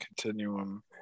continuum